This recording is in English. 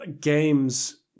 games